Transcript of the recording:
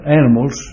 animals